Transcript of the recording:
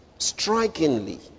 strikingly